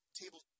table